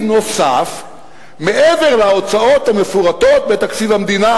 נוסף מעבר להוצאות המפורטות בתקציב המדינה.